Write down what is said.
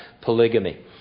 polygamy